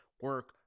Work